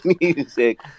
music